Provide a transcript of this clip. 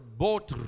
boat